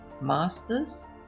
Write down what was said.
masters